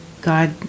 God